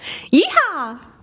Yeehaw